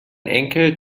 enkel